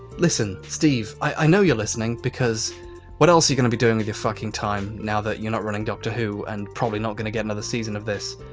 listen, steve, i know you're listening because what else you going to be doing with your fucking time now that you're not running doctor who and probably not going to get another season of this.